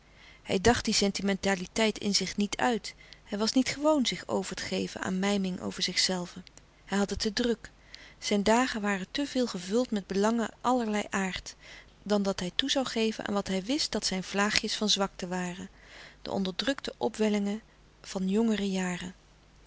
hij dacht die sentimentaliteit in zich niet uit hij was niet gewoon zich over te geven aan mijmering over zichzelven hij had het te druk zijn dagen waren te veel gevuld met belangen allerlei aard dan dat hij toe zoû geven aan wat hij wist dat zijn vlaagjes van zwakte waren de onderdrukte opwellingen van jongere jaren